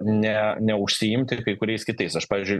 ne neužsiimti kai kuriais kitais aš pavyzdžiui